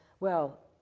well,